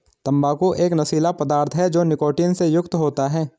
तंबाकू एक नशीला पदार्थ है जो निकोटीन से युक्त होता है